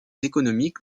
économiques